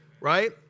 right